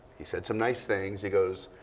he said some nice things. he goes,